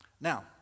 now